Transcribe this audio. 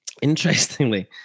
interestingly